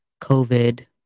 COVID